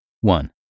One